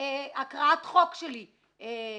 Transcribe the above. הקראת חוק שלי בכנסת.